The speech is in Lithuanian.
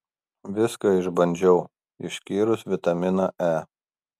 viską išbandžiau išskyrus vitaminą e